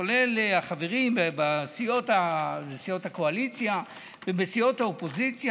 כולל החברים בסיעות הקואליציה ובסיעות האופוזיציה,